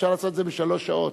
אפשר לעשות את זה בשלוש שעות,